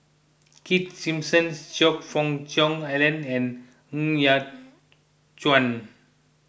Keith Simmons Choe Fook Cheong Alan and Ng Yat Chuan